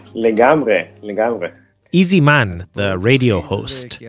like um and and and and izi mann, the radio host, yeah